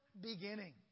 beginning